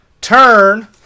turn